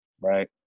right